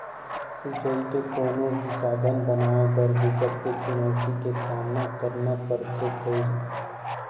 सिचई के कोनो भी साधन बनाए बर बिकट के चुनउती के सामना करना परथे भइर